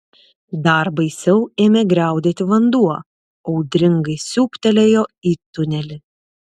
dar baisiau ėmė griaudėti vanduo audringai siūbtelėjo į tunelį